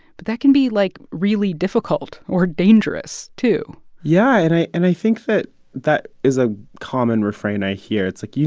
but that can be, like, really difficult or dangerous, too yeah, and i and i think that that is a common refrain i hear. it's like,